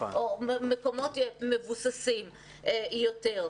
או מקומות מבוססים יותר.